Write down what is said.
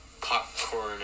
popcorn